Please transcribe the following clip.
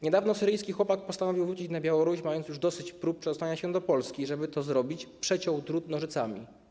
Niedawno syryjski chłopak postanowił wrócić na Białoruś, mając już dosyć prób przedostania się do Polski, i żeby to zrobić, przeciął drut nożycami.